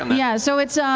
um yeah, so it's